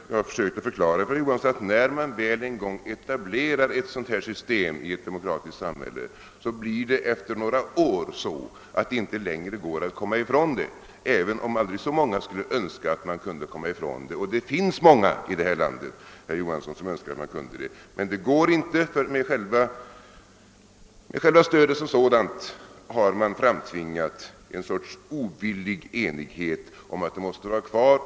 Jag har försökt göra klart att när man väl en gång etablerar ett sådant system i ett demokratiskt samhälle blir det efter några år så, att det inte längre går att komma ifrån det, även om aldrig så många skulle önska att man kunde det — och det finns många här i landet, herr Johansson, som önskar det. Men det är alltså inte möjligt, ty med själva stödet som sådant har man framtvingat en sorts ovillig enighet om att stödet måste vara kvar.